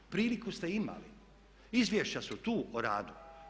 Priliku ste imali, izvješća su tu o radu.